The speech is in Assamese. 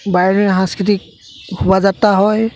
বাৰেৰহণীয়া সাংস্কৃতিক শোভাযাত্ৰা হয়